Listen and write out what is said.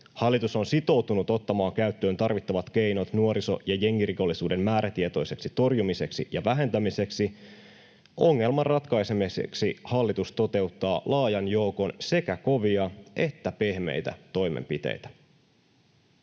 Hallitus on sitoutunut ottamaan käyttöön tarvittavat keinot nuoriso- ja jengirikollisuuden määrätietoiseksi torjumiseksi ja vähentämiseksi. Ongelman ratkaisemiseksi hallitus toteuttaa laajan joukon sekä kovia että pehmeitä toimenpiteitä.”